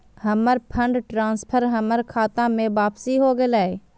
हमर fund transfer हमर खता में वापसी हो गेलय